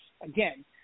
again